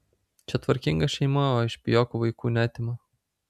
čia tvarkinga šeima o iš pijokų vaikų neatima